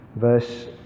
Verse